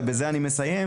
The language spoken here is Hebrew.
בזמנו.